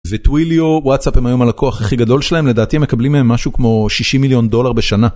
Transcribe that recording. זה טוויליו וואטסאפ הם היום הלקוח הכי גדול שלהם לדעתי הם מקבלים מהם משהו כמו 60 מיליון דולר בשנה.